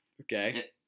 Okay